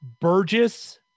Burgess